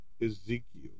Ezekiel